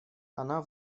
она